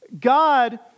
God